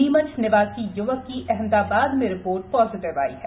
नीमच निवासी पुवक की अहमदाबाद में रिपोर्ट पोसिटिव आई है